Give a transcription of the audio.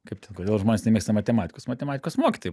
kaip ten kodėl žmonės nemėgsta matematikos matematikos mokytojai